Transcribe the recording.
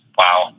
wow